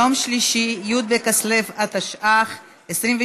יום שלישי, י' בכסלו התשע"ח,